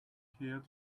heard